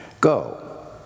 Go